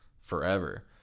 forever